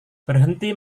berhenti